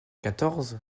quatorze